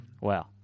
wow